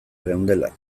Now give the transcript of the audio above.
geundela